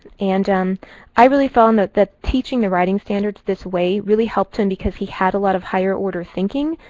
and um i really found that that teaching the writing standards this way really helped him because he had a lot of higher order thinking.